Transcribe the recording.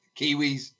Kiwis